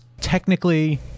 technically